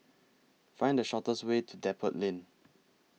Find The fastest Way to Depot Lane